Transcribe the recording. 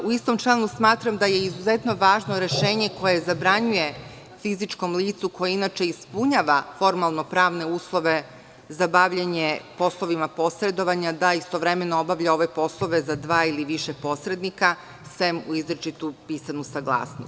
U istom članu, smatram da je izuzetno važno rešenje koje zabranjuje fizičkom licu, koje inače ispunjava formalno-pravne uslove za bavljenje poslovima posredovanja, da istovremeno obavlja ove poslove za dva ili više posrednika, sem uz izričitu pisanu saglasnost.